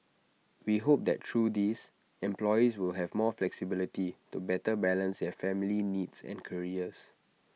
we hope that through these employees will have more flexibility to better balance their family needs and careers